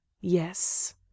yes